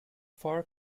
far